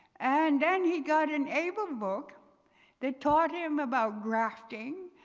and then he got an aid book that taught him about grafting,